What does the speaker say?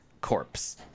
corpse